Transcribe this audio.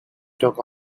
took